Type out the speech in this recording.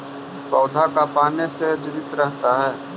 पौधा का पाने से जीवित रहता है?